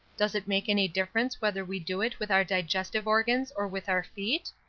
does it make any difference whether we do it with our digestive organs or with our feet?